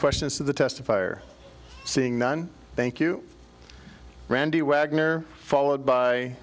questions of the testifier seeing none thank you randy wagner followed by